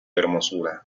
hermosura